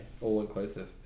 All-inclusive